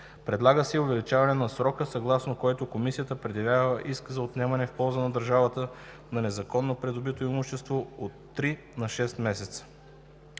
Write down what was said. Предлага се и увеличаване на срока, съгласно който Комисията предявява иск за отнемане в полза на държавата на незаконно придобито имущество от три на шест месеца.